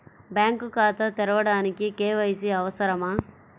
Bank ఖాతా తెరవడానికి KYC అవసరమా?